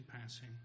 passing